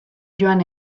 joan